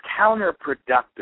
counterproductive